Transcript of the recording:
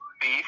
beef